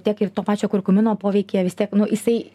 tiek ir to pačio kurkumino poveikyje vis tiek nu jisai